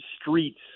streets